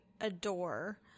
adore